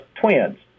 twins